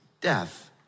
death